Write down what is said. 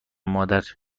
مادر